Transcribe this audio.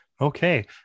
Okay